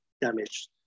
damaged